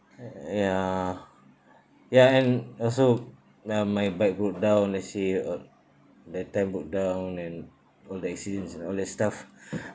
uh ya ya and also now my bike broke down let's say uh that time broke down and all that accidents and all that stuff